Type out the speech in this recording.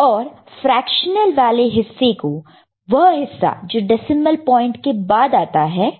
और फ्रेक्शनल वाले हिस्से को वह हिस्सा जो डेसिमल पॉइंट के बाद आता है